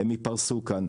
הם יפרסו כאן.